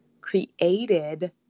created